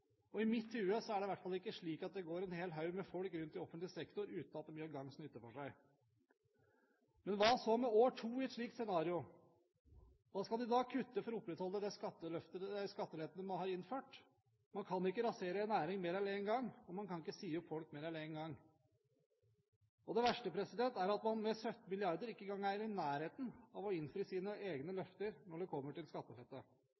nasjonen. I mitt hode er det i hvert fall ikke slik at det går en hel haug med folk rundt i offentlig sektor uten at de gjør gagns nytte for seg. Men hva så med år to i et slikt scenario – hva skal de da kutte for å opprettholde de skattelettene de har innført? Man kan ikke rasere en næring mer enn én gang, og man kan ikke si opp folk mer enn én gang. Det verste er at man med 17 mrd. kr ikke engang er i nærheten av å innfri sine egne løfter når det kommer til skattelette.